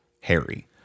Harry